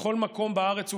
בכל מקום בארץ ובעולם.